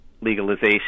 legalization